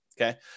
okay